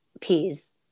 peas